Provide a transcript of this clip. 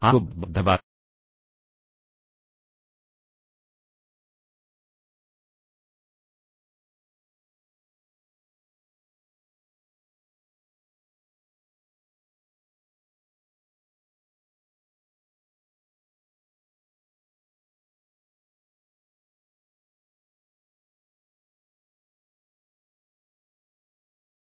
आपको बहुत बहुत धन्यवाद